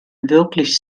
wirklich